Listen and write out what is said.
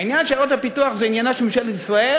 העניין של עיירות הפיתוח זה עניינה של ממשלת ישראל.